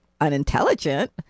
unintelligent